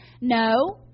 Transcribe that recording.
No